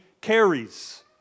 carries